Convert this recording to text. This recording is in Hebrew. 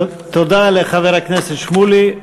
תודה לחבר הכנסת שמולי,